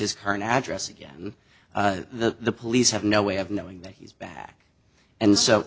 his current address again the police have no way of knowing that he's back and so